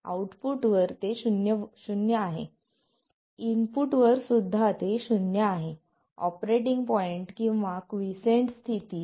आउटपुटवर ते शून्य आहे इनपुट वर सुद्धा ते शून्य आहे ऑपरेटिंग पॉईंट किंवा क्वीसेंट स्थितीत